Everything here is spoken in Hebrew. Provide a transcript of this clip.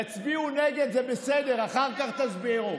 תצביעו נגד, זה בסדר, אחר כך תסבירו.